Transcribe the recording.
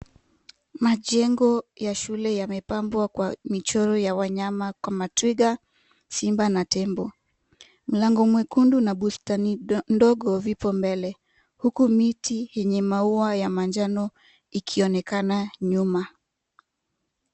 Majengo ya shule yamepambwa kwa michoro ya wanyama kama twiga, simba, na tembo. Mlango mwekundu na bustani ndogo vipo mbele huku miti yenye maua ya manjano ikionekana nyuma.